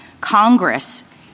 Congress